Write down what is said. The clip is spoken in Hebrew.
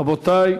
רבותי,